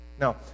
Now